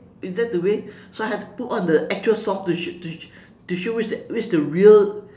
is that the way so I have to put on the actual song to show to show to show which is the which is the real